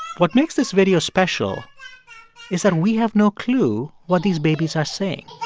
what makes this video special is that we have no clue what these babies are saying.